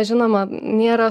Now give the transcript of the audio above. žinoma nėra